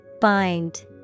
bind